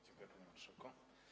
Dziękuję, panie marszałku.